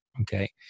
Okay